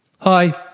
Hi